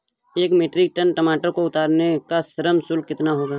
एक metric tonne टमाटर को उतारने का श्रम शुल्क कितना होगा?